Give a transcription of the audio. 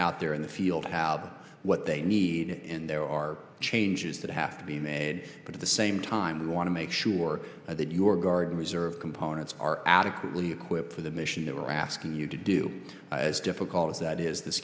out there in the field have what they need and there are changes that have to be made but at the same time we want to make sure that your guard and reserve components are adequately equipped for the mission that we're asking you to do as difficult as that is this